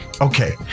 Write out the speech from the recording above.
Okay